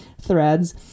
threads